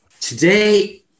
Today